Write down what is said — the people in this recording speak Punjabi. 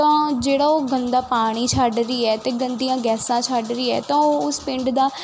ਤਾਂ ਜਿਹੜਾ ਉਹ ਗੰਦਾ ਪਾਣੀ ਛੱਡ ਰਹੀ ਹੈ ਅਤੇ ਗੰਦੀਆਂ ਗੈਸਾਂ ਛੱਡ ਰਹੀ ਹੈ ਤਾਂ ਉਹ ਉਸ ਪਿੰਡ ਦਾ